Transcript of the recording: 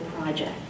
project